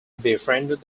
befriended